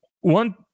one